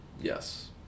Yes